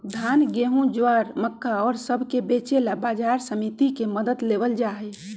धान, गेहूं, ज्वार, मक्का और सब के बेचे ला बाजार समिति के मदद लेवल जाहई